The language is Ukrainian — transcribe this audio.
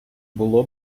було